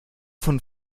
von